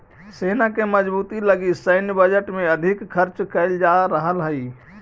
सेना के मजबूती लगी सैन्य बजट में अधिक खर्च कैल जा रहल हई